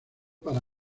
para